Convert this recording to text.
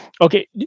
Okay